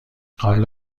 قبل